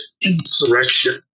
insurrection